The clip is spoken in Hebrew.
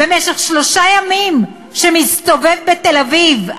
במשך שלושה ימים, שמסתובב בתל-אביב.